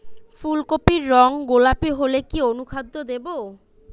ফুল কপির রং গোলাপী হলে কি অনুখাদ্য দেবো?